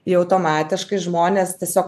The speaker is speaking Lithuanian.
jau automatiškai žmonės tiesiog